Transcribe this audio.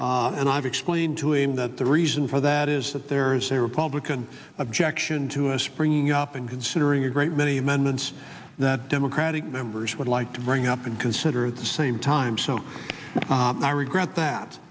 today and i've explained to him that the reason for that is that there is a republican objection to a springing up and considering a great many amendments that democratic members would like to bring up and consider the same time so i regret that